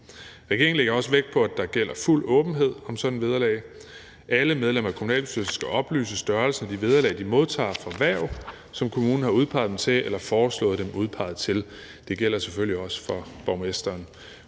Regeringen lægger også vægt på, at der gælder fuld åbenhed om sådant et vederlag. Alle medlemmer af kommunalbestyrelser skal oplyse størrelsen af de vederlag, de modtager, for hverv, som kommunen har udpeget dem til eller foreslået dem udpeget til. Det gælder selvfølgelig også for borgmesteren.